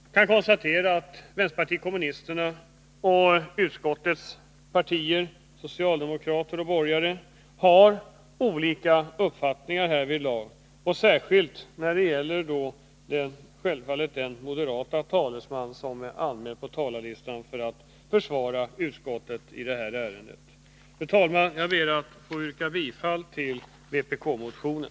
Jag kan konstatera att vänsterpartiet kommunisterna och utskottets partier — socialdemokrater och borgare — har olika uppfattningar härvidlag. Särskilt gäller detta den moderata talesman som är anmäld på talarlistan för att försvara utskottet i det här ärendet. Fru talman! Jag ber att få yrka bifall till vpk-motionen.